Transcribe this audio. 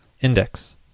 index